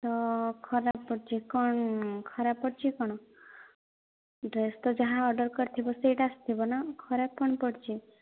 ତ ଖରାପ ପଡ଼ିଛି କ'ଣ ଖରାପ ପଡ଼ିଛି କ'ଣ ଡ୍ରେସ୍ ତ ଯାହା ଅର୍ଡର୍ କରିଥିବ ସେହିଟା ଆସିଥିବ ନା ଖରାପ କ'ଣ ପଡ଼ିଛି